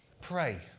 pray